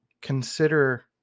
consider